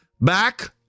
Back